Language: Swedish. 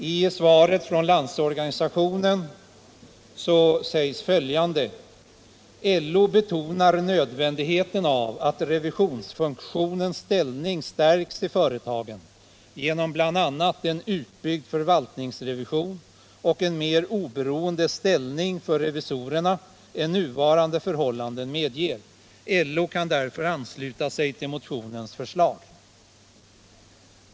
I Landsorganisationens remissyttrande framhålls bl.a. att LO betonar nödvändigheten av att revisionsfunktionens ställning stärks i företagen genom bl.a. en utbyggd förvaltningsrevision och en mer oberoende ställ ning för revisorerna än nuvarande förhållanden medger. LO kan därför ansluta sig till motionens förslag.